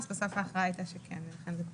ובסוף ההכרעה הייתה שזה נכנס ולכן זה כאן.